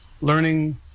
learning